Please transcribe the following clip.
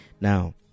Now